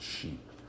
sheep